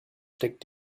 steckt